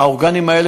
האורגנים האלה,